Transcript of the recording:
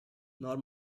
nor